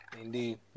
Indeed